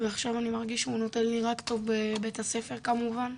ועכשיו אני מרגיש שהוא נותן לי רק טוב בבית הספר כמובן.